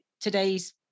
today's